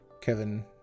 Kevin